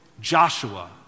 Joshua